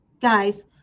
guys